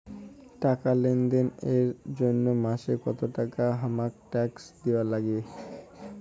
টাকা লেনদেন এর জইন্যে মাসে কত টাকা হামাক ট্যাক্স দিবার নাগে?